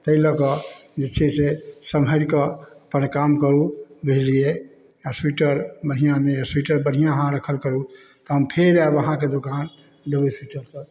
तैं लऽ कऽ जे छै से सम्हरि कऽ कनी काम करू बुझलियै आ स्वीटर बढ़ियाँ मे स्वीटर बढ़ियाँ अहाँ रखल करू तऽ हम फेर आएब अहाँके दोकान लेबै स्वीटर तऽ